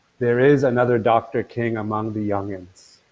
there is another dr. king among the young'uns,